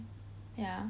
ya